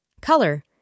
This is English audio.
Color